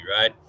right